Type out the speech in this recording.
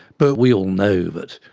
but we all know that